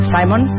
Simon